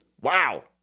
Wow